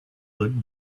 that